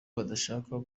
badashaka